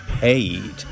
paid